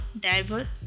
diver